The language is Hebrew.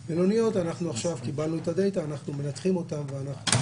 לגביהם עכשיו קיבלנו את הדלתא, אנחנו מנתחים אותם.